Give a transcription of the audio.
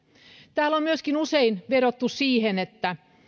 täällä on myöskin usein vedottu siihen että